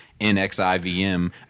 NXIVM